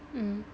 mm